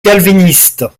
calvinistes